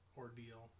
ordeal